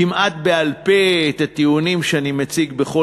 כמעט בעל-פה את הטיעונים שאני מציג כל